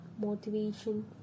Motivation